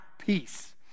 Peace